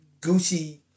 Gucci